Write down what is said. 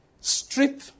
Strip